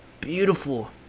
beautiful